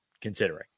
considering